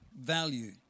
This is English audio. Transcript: value